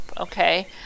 okay